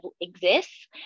exists